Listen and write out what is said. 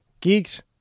geeks